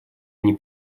они